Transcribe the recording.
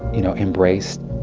you know, embraced